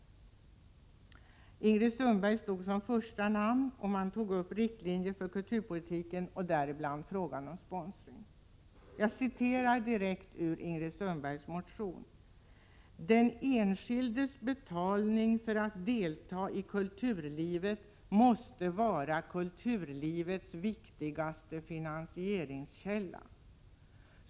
Ingrid Sundberg står som första namn i den motionen. Där drog man upp vissa riktlinjer för kulturpolitiken, däribland frågan om sponsring. Jag återger nu vad Ingrid Sundberg skrev: ”Den enskildes betalning för att delta i kulturlivet måste vara kulturlivets viktigaste finansieringskälla.